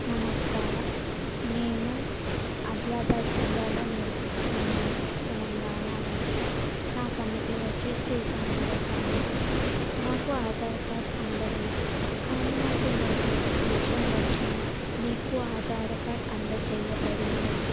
నమస్కారం నేను ఆదిలాబాద్ జిల్లాలో నివసిస్తున్నాను తెలంగాణ రాష్ట్రం నా కమిటీ వచ్చి శ్రీ సాయి నగర్ కమిటీ నాకు ఆధార్ కార్డ్ అందలేదు కానీ నాకు నోటిఫికేషన్ వచ్చింది మీకు ఆధార్ కార్డ్ అందచేయబడింది అని